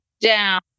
down